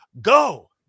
go